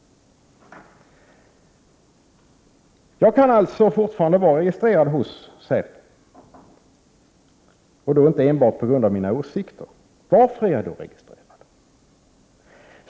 Jag kan alltså fortfarande vara registrerad hos säpo, och då inte enbart på grund av mina åsikter. Varför är jag då registrerad?